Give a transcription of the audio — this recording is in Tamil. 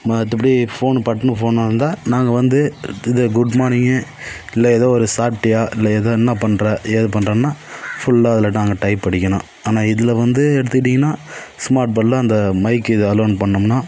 மற்றபடி ஃபோன் பட்டனு ஃபோனாக இருந்தால் நாங்கள் வந்து இது குட்மார்னிங்கு இல்லை ஏதோ ஒரு சாப்பிட்டியா இல்லை ஏதோ என்ன பண்ணுற ஏது பண்ணுறன்னா ஃபுல்லாக அதில் நாங்கள் டைப் அடிக்கணும் ஆனால் இதில் வந்து எடுத்துக்கிட்டிங்கன்னா ஸ்மார்ட் ஃபோனில் அந்த மைக் இது அலோன் பண்ணோம்னா